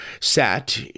sat